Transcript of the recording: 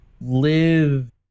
live